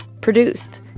produced